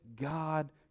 God